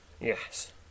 Yes